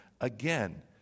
again